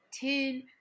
ten